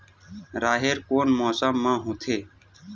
राहेर कोन मौसम मा होथे?